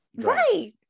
Right